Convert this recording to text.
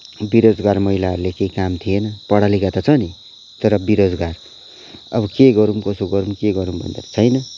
बेरोजगार महिलाहरूलाई केही काम थिएन पढा लेखा त छ नि तर बेरोजगार अब के गरौँ कसो गरौँ के गरौँ भन्दाखेरि छैन